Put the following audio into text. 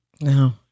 No